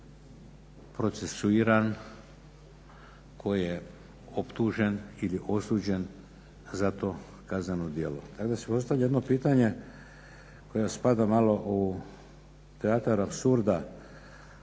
tko je procesuiran, tko je optužen ili osuđen za to kazneno djelo. Tada se postavlja jedno pitanje koje spada malo u teatar apsurda